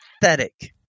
pathetic